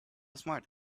smart